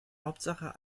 hauptsache